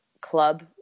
club